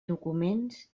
documents